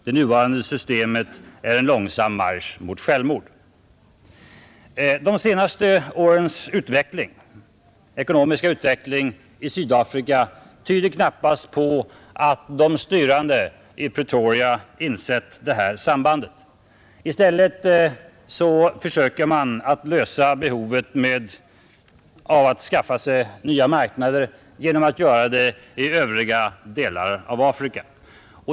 Det nuvarande systemet är en långsam marsch mot självmord.” De senaste årens ekonomiska utveckling i Sydafrika tyder knappast på att de styrande i Pretoria insett detta samband. I stället försöker man täcka behovet av nya marknader genom att vända sig till övriga delar av Afrika.